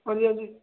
ਹਾਂਜੀ ਹਾਂਜੀ